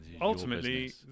ultimately